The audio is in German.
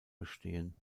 bestehen